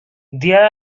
there